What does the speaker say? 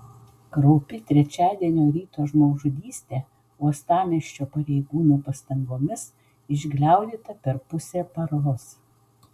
kraupi trečiadienio ryto žmogžudystė uostamiesčio pareigūnų pastangomis išgliaudyta per pusę paros